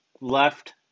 left